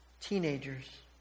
teenagers